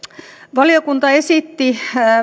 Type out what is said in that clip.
valiokunta esitti